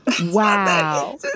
Wow